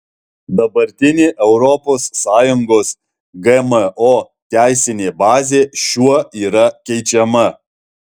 dabartinė europos sąjungos gmo teisinė bazė šiuo yra keičiama